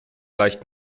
leicht